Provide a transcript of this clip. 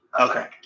Okay